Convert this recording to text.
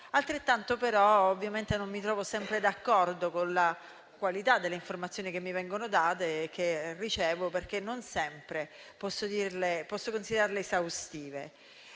del Senato. Tuttavia, non mi trovo sempre d'accordo con la qualità delle informazioni che mi vengono date e che ricevo, perché non sempre posso considerarle esaustive.